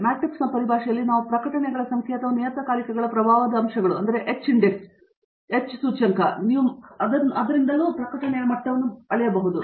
ಮ್ಯಾಟ್ರಿಕ್ಸ್ನ ಪರಿಭಾಷೆಯಲ್ಲಿ ನಾವು ಪ್ರಕಟಣೆಗಳ ಸಂಖ್ಯೆ ಅಥವಾ ನಿಯತಕಾಲಿಕಗಳ ಪ್ರಭಾವದ ಅಂಶಗಳು H ಸೂಚ್ಯಂಕ ನೀವು ಮಾತನಾಡಲು ಬಯಸಿದಂತೆಯೇ ಅಳೆಯಬಹುದು